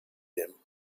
him